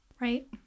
Right